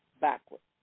backwards